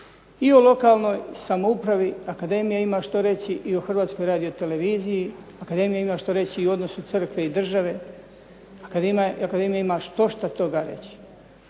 i o lokalnoj samoupravi akademija ima što reći i o Hrvatskoj radioteleviziji. Akademija ima što reći i o odnosu crkve i države, akademija ima štošta toga reći.